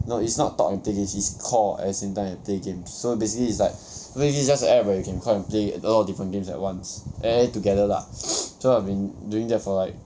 no it's not talk and play games it's call at the same time and play games so basically it's like it is just a app that you can come and play a lot of different games at once and together lah so I've been doing that for like